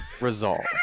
resolve